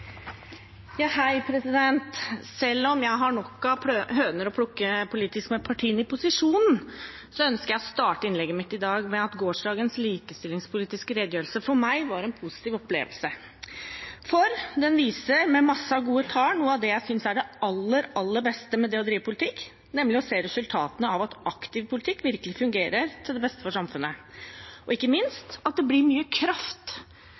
Selv om jeg har nok av høner å plukke politisk med partiene i posisjonen, ønsker jeg å starte innlegget mitt i dag med at gårsdagens likestillingspolitiske redegjørelse for meg var en positiv opplevelse, for den viste med masse gode tall noe av det jeg synes er det aller, aller beste med det å drive politikk, nemlig å se resultatene av at aktiv politikk virkelig fungerer til det beste for samfunnet, og ikke minst at det blir mye kraft